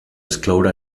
excloure